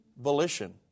volition